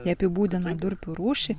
jie apibūdina durpių rūšį